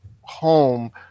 home